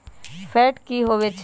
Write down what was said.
Fat की होवछै?